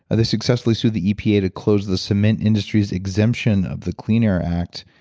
ah they successfully sued the epa to close the cement industry's exemption of the clean air act,